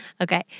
Okay